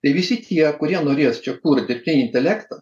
tai visi tie kurie norės čia kurt dirbtinį intelektą